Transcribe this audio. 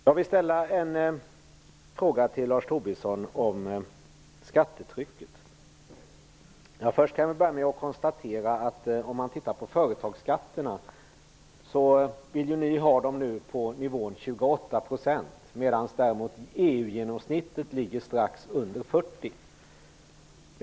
Jag vill ställa en fråga till Lars Tobisson om skattetrycket. Jag kan börja med att konstatera att ni ju vill ha företagsskatterna på en nivå kring 28 %, medan EU-genomsnittet ligger strax under 40 %.